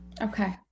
Okay